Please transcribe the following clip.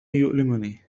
يؤلمني